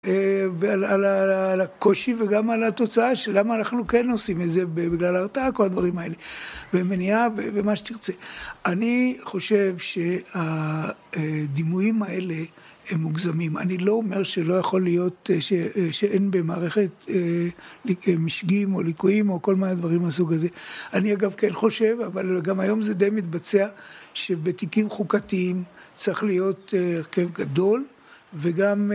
ועל הקושי וגם על התוצאה שלמה אנחנו כן עושים את זה בגלל ההרתעה, כל הדברים האלה, במניעה ומה שתרצה. אני חושב שהדימויים האלה הם מוגזמים, אני לא אומר שלא יכול להיות, שאין במערכת משגים או ליקויים או כל מיני דברים מסוג הזה. אני אגב כן חושב, אבל גם היום זה די מתבצע, שבתיקים חוקתיים צריך להיות הרכב גדול, וגם...